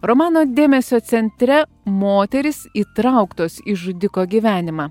romano dėmesio centre moterys įtrauktos į žudiko gyvenimą